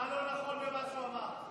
הלוואי שהיו נותנים לי ריטלין.